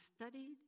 studied